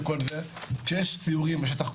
כשיש סיורים בשטח,